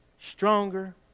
stronger